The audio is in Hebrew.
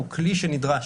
זה כלי שנדרש.